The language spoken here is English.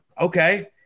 okay